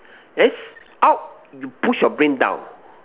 theres out you push your brain down